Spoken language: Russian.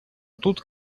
тут